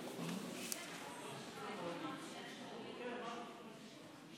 אני לא מצליח להבין מה אתם